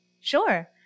Sure